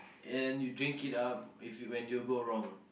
and you drink it up if when you go wrong